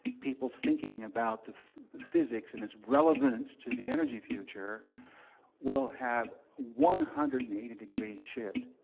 people's thinking about the physics and its relevance to the energy future will have a one hundred and eighty degree shift.